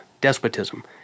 despotism